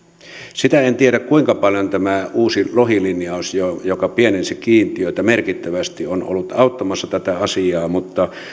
sitä en tiedä kuinka paljon tämä uusi lohilinjaus joka joka pienensi kiintiöitä merkittävästi on ollut auttamassa tätä asiaa mutta